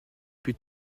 plus